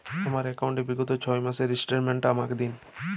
আমার অ্যাকাউন্ট র বিগত ছয় মাসের স্টেটমেন্ট টা আমাকে দিন?